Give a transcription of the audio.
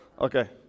Okay